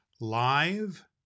live